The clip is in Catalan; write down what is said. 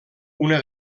una